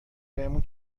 بهمون